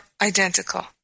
identical